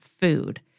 food